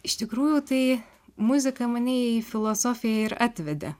iš tikrųjų tai muzika mane į filosofiją ir atvedė